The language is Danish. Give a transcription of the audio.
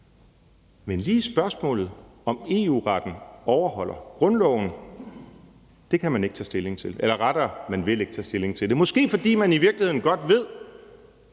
Men lige spørgsmålet om, om EU-retten overholder grundloven, kan man ikke tage stilling til, eller rettere: Man vil ikke tage stilling til det. Det er måske, fordi man i virkeligheden godt ved,